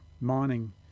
mining